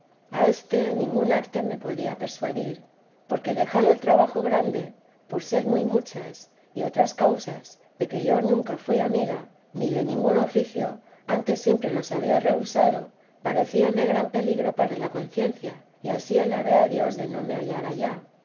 a éste en ningún arte me podía persuadir porque dejado el trabajo grande por ser muy muchas y otras causas de que yo nunca fui amiga ni de ningún oficio antes siempre los había rehusado parecíame gran peligro para la conciencia y ansí alabé a dios de no me hallar